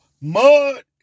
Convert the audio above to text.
mud